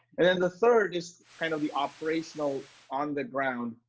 and then the third is kind of the operational on the ground.